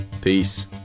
Peace